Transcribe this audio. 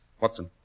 Watson